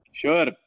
sure